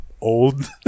old